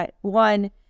one